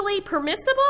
permissible